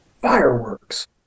fireworks